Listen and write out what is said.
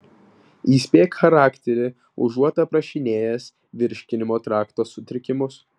įspėk charakterį užuot aprašinėjęs virškinimo trakto sutrikimus